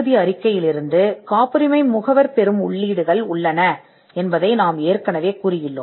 காப்புரிமை முகவர் பயன்படுத்தக்கூடிய காப்புரிமை அறிக்கையிலிருந்து பெறக்கூடிய உள்ளீடுகள் உள்ளன என்பதை நாங்கள் ஏற்கனவே உள்ளடக்கியுள்ளோம்